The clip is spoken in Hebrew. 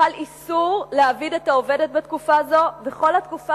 חל איסור להעביד את העובדת בתקופה זו וכל התקופה